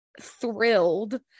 thrilled